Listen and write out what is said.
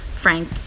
frank